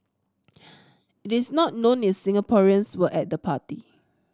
it is not known if Singaporeans were at the party